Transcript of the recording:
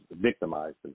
victimized